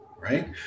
right